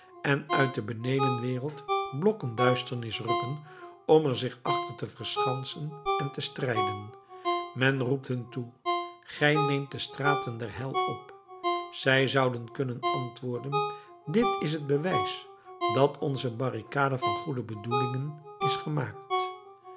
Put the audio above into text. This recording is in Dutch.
en uit de benedenwereld blokken duisternis rukken om er zich achter te verschansen en te strijden men roept hun toe gij neemt de straten der hel op zij zouden kunnen antwoorden dit is het bewijs dat onze barricade van goede bedoelingen is gemaakt